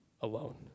alone